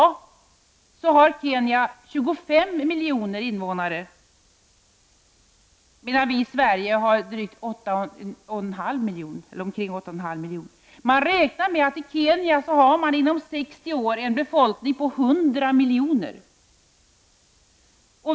I dag har Kenya 25 miljoner invånare, medan vi i Sverige har ungefär 8,5 miljoner. Man räknar med att Kenya inom 60 år har en befolkning på 100 miljoner.